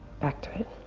back to it.